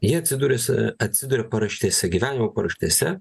jie atsidurs atsiduria paraštėse gyvenimo paraštėse